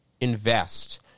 invest